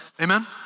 Amen